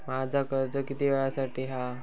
माझा कर्ज किती वेळासाठी हा?